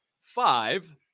five